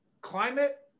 climate